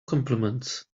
compliments